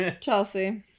Chelsea